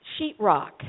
sheetrock